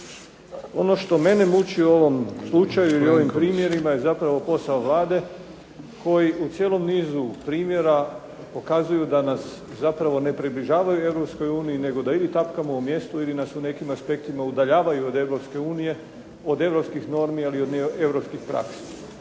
Ono što mene muči u ovom slučaju i u ovim primjerima je zapravo posao Vlade koji u cijelom nizu primjera pokazuju da nas zapravo ne približavaju Europskoj uniji nego da ili tapkamo u mjestu ili nas u nekim aspektima udaljavaju od Europske unije od europskih normi ali i od europskih praksi.